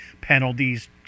penalties